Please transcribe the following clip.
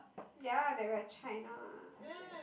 ya we're at China ah I guess